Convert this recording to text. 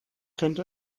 könnte